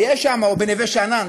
או בנווה-שאנן,